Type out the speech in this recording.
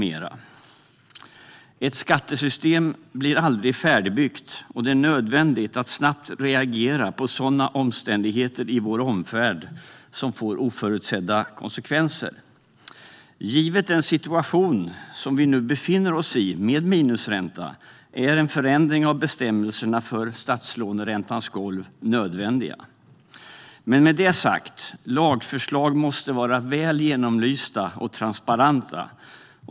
Ett skattesystem blir aldrig färdigbyggt, och det är nödvändigt att snabbt reagera på sådana omständigheter i vår omvärld som får oförutsedda konsekvenser. Givet den situation med minusränta som vi nu befinner oss i är en förändring av bestämmelserna för statslåneräntans golv nödvändig. Med det sagt: Lagförslag måste vara väl genomlysta och transparenta.